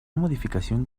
modificación